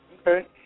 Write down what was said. Okay